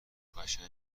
قشنگ